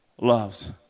loves